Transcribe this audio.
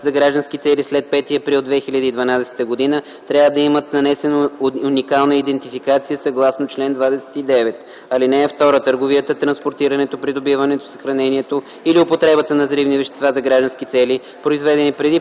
за граждански цели след 5 април 2012 г. трябва да имат нанесена уникална идентификация съгласно чл. 29. (2) Търговията, транспортирането, придобиването, съхранението или употребата на взривни вещества за граждански цели, произведени преди